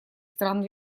стран